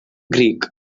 greek